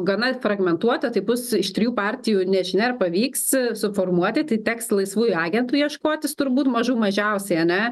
gana fragmentuota tai bus iš trijų partijų nežinia ar pavyks suformuoti tai teks laisvųjų agentų ieškotis turbūt mažų mažiausiai ane